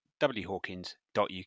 whawkins.uk